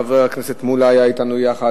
חבר הכנסת מולה היה אתנו יחד,